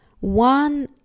one